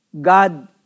God